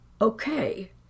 Okay